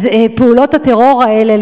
פעולות הטרור האלה,